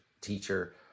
teacher